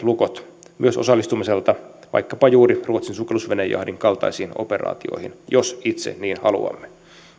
lukot myös osallistumiselta vaikkapa juuri ruotsin sukellusvenejahdin kaltaisiin operaatioihin jos itse niin haluamme on